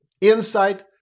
insight